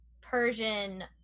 Persian